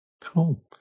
Cool